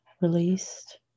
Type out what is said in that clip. released